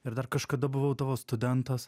ir dar kažkada buvau tavo studentas